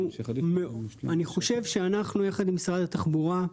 אני חושב שאנחנו, יחד עם משרד התחבורה,